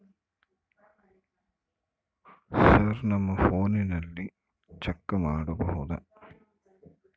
Sir ನಮ್ಮ ಫೋನಿನಲ್ಲಿ check ಮಾಡಬಹುದಾ?